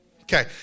Okay